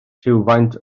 rhywfaint